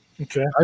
Okay